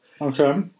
Okay